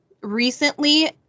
Recently